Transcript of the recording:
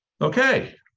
okay